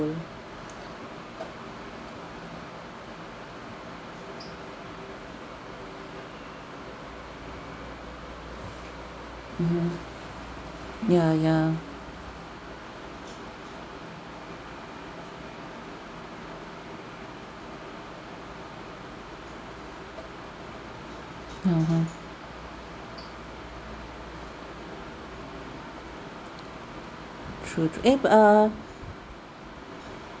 mmhmm ya ya (uh huh) true true eh but err